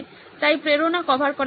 তাই প্রেরণা কভার করা হচ্ছে